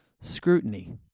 scrutiny